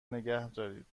نگهدارید